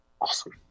awesome